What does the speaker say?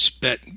bet –